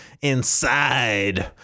inside